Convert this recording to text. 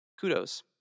kudos